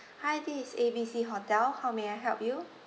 hi this is A B C hotel how may I help you